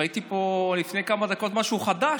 ראיתי פה לפני כמה דקות משהו חדש.